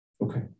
Okay